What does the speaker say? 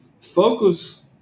focus